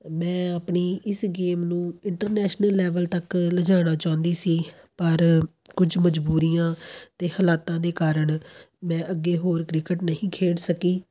ਮੈਂ ਆਪਣੀ ਇਸ ਗੇਮ ਨੂੰ ਇੰਟਰਨੈਸ਼ਨਲ ਲੈਵਲ ਤੱਕ ਲਿਜਾਉਣਾ ਚਾਹੁੰਦੀ ਸੀ ਪਰ ਕੁਝ ਮਜਬੂਰੀਆਂ ਅਤੇ ਹਾਲਾਤਾਂ ਦੇ ਕਾਰਨ ਮੈਂ ਅੱਗੇ ਹੋਰ ਕ੍ਰਿਕਟ ਨਹੀਂ ਖੇਡ ਸਕੀ